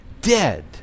dead